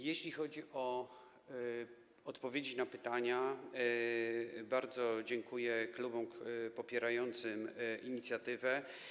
Jeśli chodzi o odpowiedzi na pytania, bardzo dziękuję klubom popierającym inicjatywę.